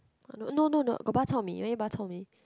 no no no got bak-chor-mee you want to eat bak-chor-mee